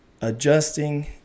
adjusting